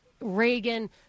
Reagan